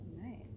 Nice